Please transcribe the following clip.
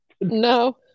no